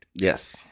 Yes